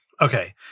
okay